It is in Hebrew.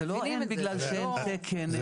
זה לא אין בגלל שאין תקן,